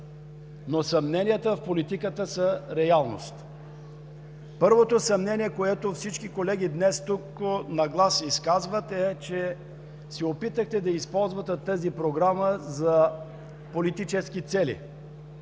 но съмненията в политиката са реалност. Първото съмнение, което всички колеги днес тук на глас изказват, е, че се опитахте да използвате Програмата за политически цели,